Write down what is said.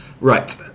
right